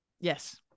Yes